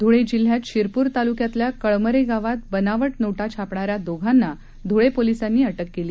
धुळे जिल्ह्यात शिरपूर तालुक्यातल्या कळमरे गावात बनावट नोटा छापणाऱ्या दोघांना धुळे पोलीसांनी अटक केली